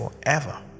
forever